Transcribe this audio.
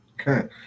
Okay